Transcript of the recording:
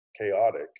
chaotic